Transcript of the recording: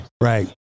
Right